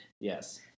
Yes